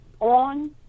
on